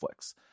Netflix